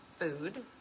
food